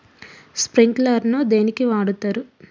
Sprinkler ను దేనికి వాడుతరు?